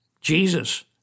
Jesus